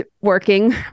working